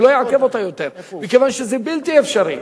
לא אעכב אותה יותר, מכיוון שזה בלתי אפשרי.